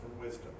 wisdom